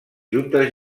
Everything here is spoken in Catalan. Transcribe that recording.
juntes